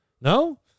No